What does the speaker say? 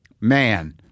man